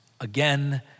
again